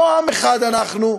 לא עם אחד אנחנו.